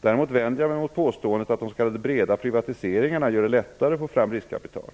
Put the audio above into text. Däremot vänder jag mig mot påståendet att de s.k. breda privatiseringarna gör det lättare att få fram riskkapital.